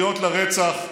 לקריאות לרצח.